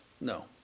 No